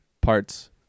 parts